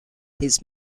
his